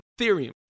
Ethereum